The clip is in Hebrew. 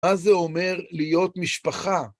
מה זה אומר להיות משפחה?